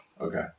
Okay